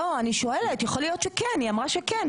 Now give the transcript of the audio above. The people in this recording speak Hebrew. לא, אני שואלת, יכול להיות שכן, היא אמרה שכן.